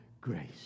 grace